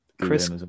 Chris